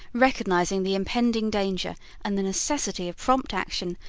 recognizing the impending danger and the necessity of prompt action,